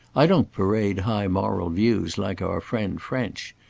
i don't parade high moral views like our friend french.